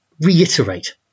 reiterate